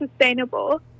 sustainable